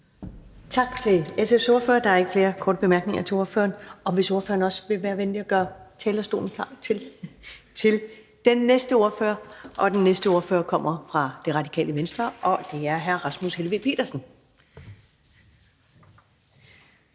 Tak til SF's ordfører. Der er ikke flere korte bemærkninger til ordføreren. Og hvis ordføreren også vil være venlig at gøre talerstolen klar til den næste ordfører, er det fint. Og den næste ordfører kommer fra Det Radikale Venstre, og det er hr. Rasmus Helveg Petersen.